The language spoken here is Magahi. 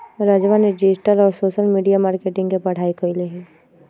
राजवा ने डिजिटल और सोशल मीडिया मार्केटिंग के पढ़ाई कईले है